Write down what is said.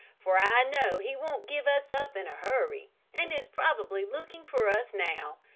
for i know he won't give us up in a hurry and is probably looking for us now,